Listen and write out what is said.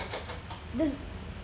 there's